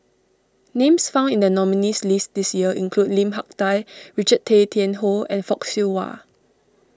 names found in the nominees' list this year include Lim Hak Tai Richard Tay Tian Hoe and Fock Siew Wah